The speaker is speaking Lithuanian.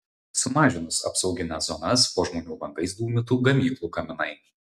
sumažinus apsaugines zonas po žmonių langais dūmytų gamyklų kaminai